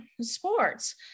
sports